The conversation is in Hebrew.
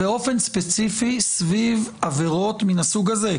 באופן ספציפי סביב עברות מן הסוג הזה.